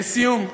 לסיום,